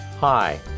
Hi